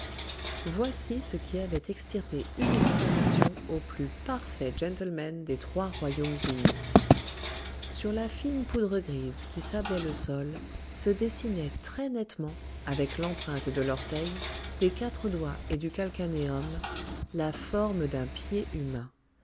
voici ce qui avait extirpé une exclamation au plus parfait gentleman des trois royaumes unis sur la fine poudre grise qui sablait le sol se dessinait très nettement avec l'empreinte de l'orteil des quatre doigts et du calcanéum la forme d'un pied humain